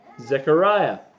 Zechariah